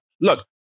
look